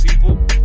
people